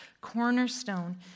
cornerstone